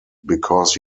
because